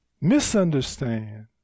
misunderstand